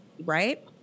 Right